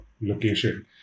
location